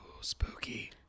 spooky